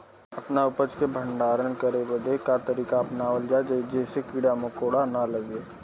अपना उपज क भंडारन करे बदे का तरीका अपनावल जा जेसे कीड़ा मकोड़ा न लगें?